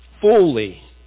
fully